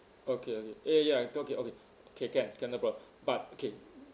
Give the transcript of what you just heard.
okay okay eh ya okay okay K can can no prob but okay